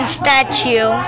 statue